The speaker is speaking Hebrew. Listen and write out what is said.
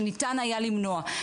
שניתן היה למנוע.